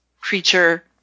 creature